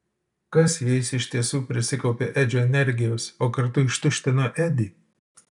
kas jei jis iš tiesų prisikaupė edžio energijos o kartu ištuštino edį